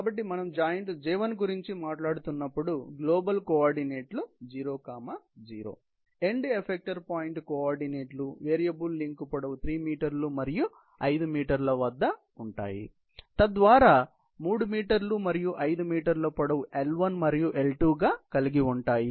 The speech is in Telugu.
కాబట్టి మనం జాయింట్ J1 గురించి మాట్లాడుతున్నప్పుడు గ్లోబల్ కోఆర్డినేట్లు 0 0 ఎండ్ ఎఫెక్టర్ పాయింట్ కోఆర్డినేట్లు వేరియబుల్ లింక్ పొడవు 3 మీటర్లు మరియు 5 మీటర్ల వద్ద ఉంటాయి తద్వారా 3 మీటర్లు మరియు 5 మీటర్లు పొడవు L1 మరియు L2 గా కలిగి ఉంటారు